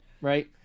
right